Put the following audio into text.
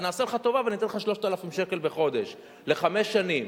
ונעשה לך טובה וניתן לך 3,000 שקל בחודש לחמש שנים,